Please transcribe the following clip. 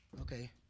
okay